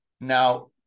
Now